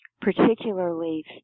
particularly